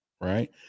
right